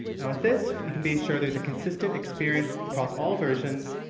now with this, you can be sure there's a consistent experience across all versions.